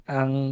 ang